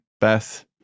Beth